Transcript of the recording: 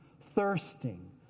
thirsting